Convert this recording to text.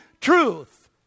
truth